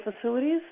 facilities